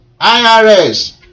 irs